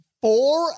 four